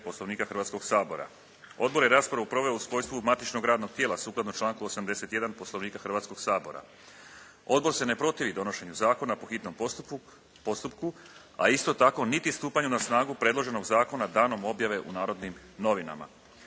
Poslovnika Hrvatskoga sabora. Odbor je raspravu proveo u svojstvu matičnog radnog tijela sukladno članku 81. Poslovnika Hrvatskoga sabora. Odbor se ne protivi donošenju zakona po hitnom postupku, a isto tako niti stupanjem na snagu predloženog zakona danom objave u "Narodnim novinama".